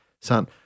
son